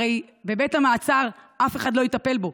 הרי בבית המעצר אף אחד לא יטפל בו.